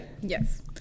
Yes